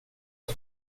att